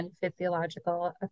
physiological